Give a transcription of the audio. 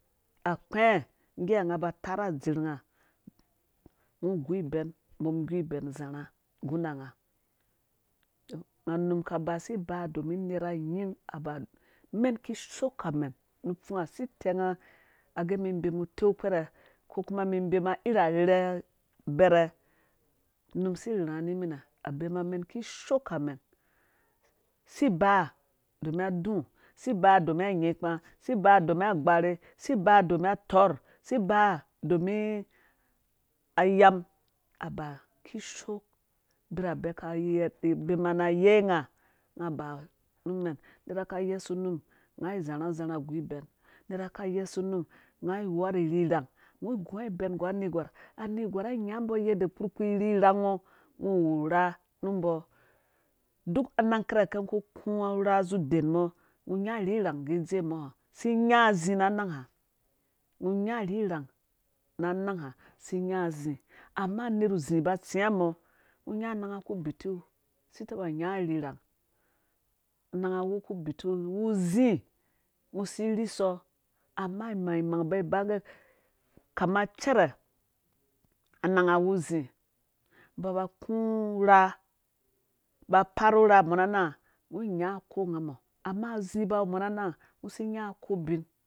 Akpɛɛ ngge ha nga ba tarhe adzirh nga ngɔ gu ibɛn mum igu ibɛn zarha ngguna nga tɔ num ka ba si ba domin nerha inya aba mɛn kishoo ka mɛn nu pfungo si tɛng agɛ mum bemu uteu kpɛrhe ko kuma mi bɛma irra rherhe bɛrhɛ num si rherhu nga ni minɛ abema mɛn kishooka mɛn si ba domin adu si ba domin atorh si ba domin ayam aba kishoo birhabɛ ka yei bema na yei nga nga ba nu mɛn nerha ka yesu num nraa zarha zarha gu ibɛn nerha ka yesu num nga wua nu rhirhang ngɔ gu ibɛn nggu anerhgwar anerhgwar nya mbɔ yadda kpurkpii rhirango ngɔ wu rha nu mbɔ duk aang kirhakɛ ngɔ ku ku rha zi den mɔ ngɔ rhirang gi dzee mɔ ha si nya zii nangha ngɔ nya rhirang na naagha amma nerh zii batsi nga mbɔ ngɔ nya ananga ku bi tiu. si taba nya rhirang ananga awu ku bitiu wu zii ngɔ si iri amma imangmang ba ku rha ba parhu rha mɔ na nangha ngɔ nya kongamɔ amma zii ba we mɔ na nangh ngɔ si nya ko ubin